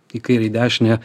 į kairę į dešinę